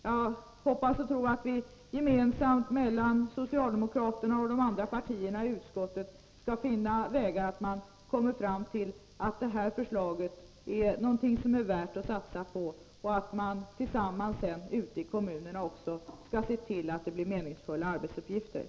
Jag hoppas och jag tror att vi gemensamt, socialdemokraterna och de andra partierna i utskottet, skall finna vägar att komma fram till att detta förslag är någonting som är värt att satsa på, och att man ute i kommunerna tillsammans skall se till att arbetsuppgifterna blir meningsfulla.